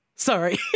Sorry